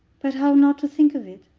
but how not to think of it?